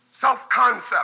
self-concept